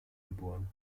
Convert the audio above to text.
geboren